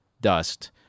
dust